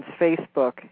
Facebook